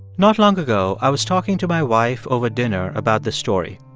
not long ago, i was talking to my wife over dinner about this story.